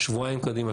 שבועיים קדימה,